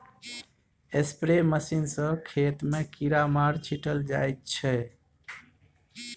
spray machine सँ खेत मे कीरामार छीटल जाइ छै